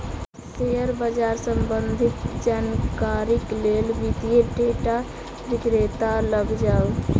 share बाजार सम्बंधित जानकारीक लेल वित्तीय डेटा विक्रेता लग जाऊ